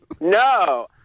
No